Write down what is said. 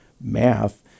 math